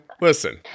listen